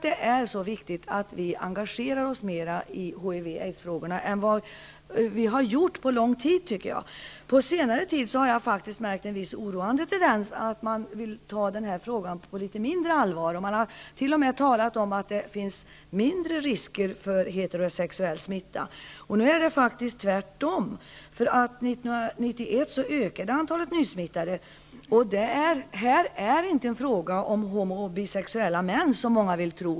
Det är viktigt att vi engagerar oss mera i HIV/aidsfrågorna än vad vi har gjort på lång tid. På senare tid har jag faktiskt märkt en viss oroande tendens till att man vill ta den här frågan på litet mindre allvar. Man har t.o.m. talat om att det finns mindre risker för heterosexuell smitta. Det är tvärtom. År 1991 ökade antalet nysmittade. Det här är inte fråga om homo och bisexuella män, som många vill tro.